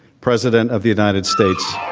president of the united states